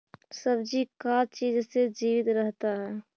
सब्जी का चीज से जीवित रहता है?